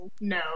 no